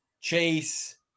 Chase